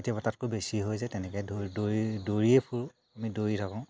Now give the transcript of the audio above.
কেতিয়াবা তাতকৈ বেছি হৈ যায় তেনেকৈ দৌৰি দৌৰিয়ে ফুৰোঁ আমি দৌৰি থাকোঁ